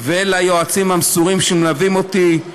וליועצים המסורים שמלווים אותי: